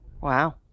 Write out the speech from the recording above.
wow